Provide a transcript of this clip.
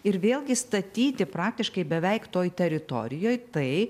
ir vėlgi statyti praktiškai beveik toj teritorijoj tai